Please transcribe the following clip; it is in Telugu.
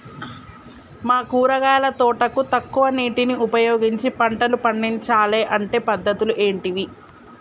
మా కూరగాయల తోటకు తక్కువ నీటిని ఉపయోగించి పంటలు పండించాలే అంటే పద్ధతులు ఏంటివి?